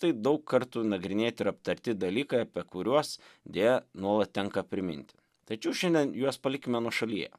tai daug kartų nagrinėti ir aptarti dalykai apie kuriuos deja nuolat tenka priminti tačiau šiandien juos palikime nuošalyje